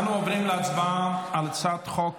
אני קובע כי הצעת חוק